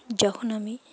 যখন আমি